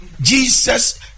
Jesus